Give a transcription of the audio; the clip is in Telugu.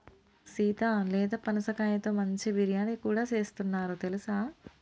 సీత లేత పనసకాయతో మంచి బిర్యానీ కూడా సేస్తున్నారు తెలుసా